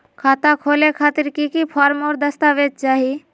खाता खोले खातिर की की फॉर्म और दस्तावेज चाही?